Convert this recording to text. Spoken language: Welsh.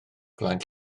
flaen